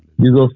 Jesus